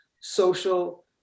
social